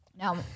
Now